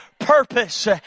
purpose